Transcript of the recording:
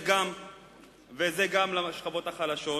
וגם זה לשכבות החלשות.